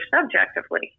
subjectively